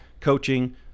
coaching